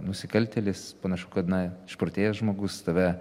nusikaltėlis panašu kad na išprotėjęs žmogus tave